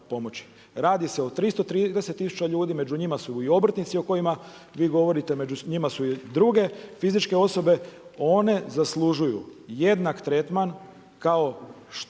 Radi se o 330 tisuća ljudi, među njima su i obrtnici o kojima vi govore, među njima su i druge fizičke osobe, one zaslužuju jednak tretman, bar jednak